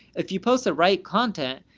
if you post the right content,